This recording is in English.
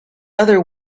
other